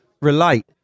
relate